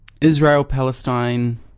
Israel-Palestine